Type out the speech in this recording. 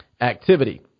activity